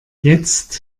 jetzt